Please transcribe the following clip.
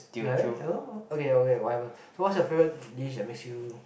dialect ya lor okay okay whatever so what's your favorite dish that makes you